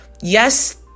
Yes